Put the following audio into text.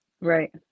Right